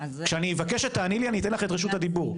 כשאני אבקש שתעני לי, אני אתן לך את רשות הדיבור.